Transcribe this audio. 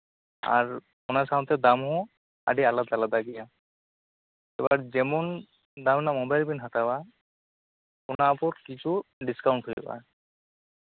ᱟᱨ ᱚᱱᱟ ᱥᱟᱶᱛᱮ ᱫᱟᱢᱦᱚᱸ ᱟᱹᱰᱤ ᱟᱞᱟᱫᱟ ᱟᱞᱟᱫᱟ ᱜᱮᱭᱟ ᱡᱮᱢᱚᱱ ᱫᱟᱢ ᱨᱮᱱᱟᱜ ᱢᱳᱵᱟᱭᱤᱞ ᱵᱮᱱ ᱦᱟᱛᱟᱣᱟ ᱚᱱᱟ ᱩᱯᱚᱨ ᱠᱤᱪᱷᱩ ᱰᱤᱥᱠᱟᱩᱱᱴ ᱦᱩᱭᱩᱜᱼᱟ